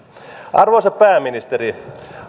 arvoisa pääministeri